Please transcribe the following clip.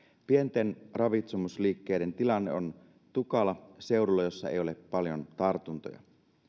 pienten ravitsemusliikkeiden tilanne on tukala seudulla jossa ei ole paljon tartuntoja